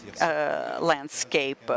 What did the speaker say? landscape